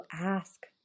ask